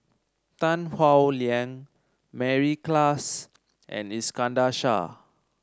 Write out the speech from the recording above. Tan Howe Liang Mary Klass and Iskandar Shah